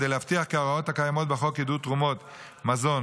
כדי להבטיח כי ההוראות הקיימות בחוק עידוד תרומות מזון